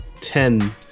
ten